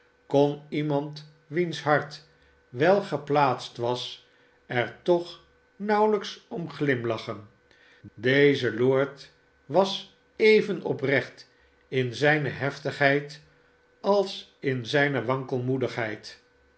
kon iemand wiens hart wel geplaatst was er toch nauwelijks om glimlachen deze lord was even oprecht in zijne heftigheid als in zijne